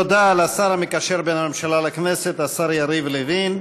תודה לשר המקשר בין הממשלה לכנסת השר יריב לוין.